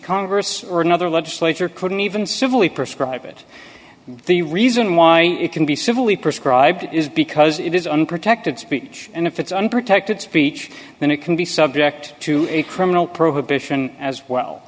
congress or another legislature couldn't even civilly prescribe it the reason why it can be civil we prescribe is because it is unprotected speech and if it's unprotected speech then it can be subject to a criminal prohibition as well